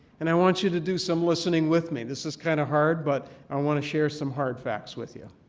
and i want you to do some listening with me. this is kind of hard, but i want to share some hard facts with you.